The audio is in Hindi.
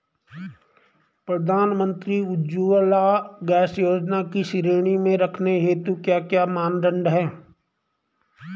प्रधानमंत्री उज्जवला गैस योजना की श्रेणी में रखने हेतु क्या क्या मानदंड है?